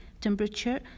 temperature